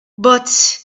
but